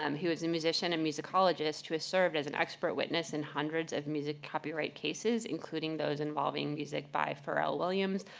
um who is a musician and musicologist who has served as an expert witness in hundreds of music copyright cases, including those involving music by pharrell williams,